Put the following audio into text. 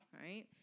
right